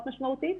משמעותית,